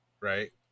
right